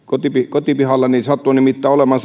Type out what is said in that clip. kotipihallani sattuu nimittäin olemaan